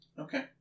Okay